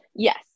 Yes